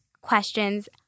questions